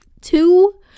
two